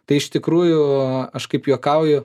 tai iš tikrųjų aš kaip juokauju